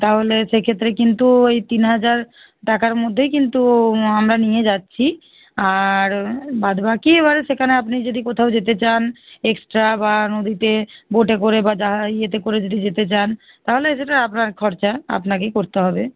তাহলে সেক্ষেত্রে কিন্তু ওই তিন হাজার টাকার মধ্যেই কিন্তু আমরা নিয়ে যাচ্ছি আর বাদবাকি এবার সেখানে আপনি যদি কোথাও যেতে চান এক্সট্রা বা নদীতে বোটে করে বা যা ইয়েতে করে যদি যেতে চান তাহলে সেটা আপনার খরচা আপনাকেই করতে হবে